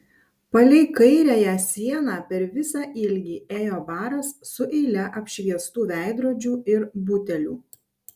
palei kairiąją sieną per visą ilgį ėjo baras su eile apšviestų veidrodžių ir butelių